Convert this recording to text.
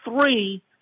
three